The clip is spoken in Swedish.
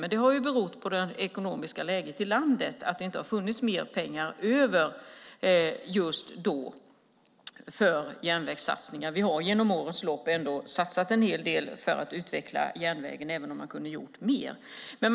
Men det har berott på det ekonomiska läget i landet. Det har inte funnits mer pengar över just då för järnvägssatsningar. Vi har under årens lopp satsat en hel del för att utveckla järnvägen även om man hade kunnat göra mer.